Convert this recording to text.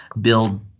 build